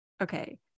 Okay